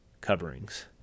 coverings